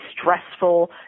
stressful